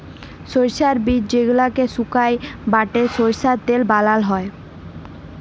সরষার বীজ যেগলাকে সুকাই বাঁটে সরষার তেল বালাল হ্যয়